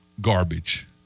garbage